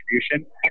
Distribution